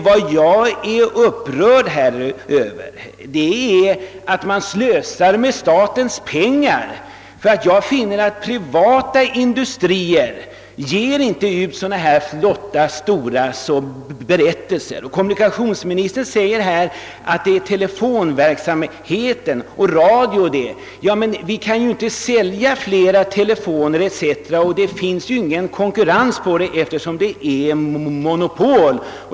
Vad jag är upprörd över är att man slösar med statens pengar. Jag finner att privata industrier inte ger ut så här stora och flotta berättelser. Kommunikationsministern säger att det är telefonverksamheten, radio o. s. v. som ger pengar. Men vi kan ju inte sälja fler telefoner etc., och det finns ju ingen konkurrens på den marknaden eftersom det är ett monopol.